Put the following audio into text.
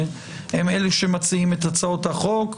הם אלה שמציעים את הצעות החוק,